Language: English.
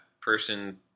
person